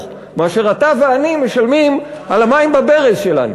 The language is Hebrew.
מאשר אתה ואני משלמים על המים בברז שלנו.